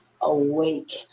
awake